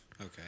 Okay